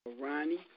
Ronnie